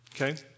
okay